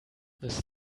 this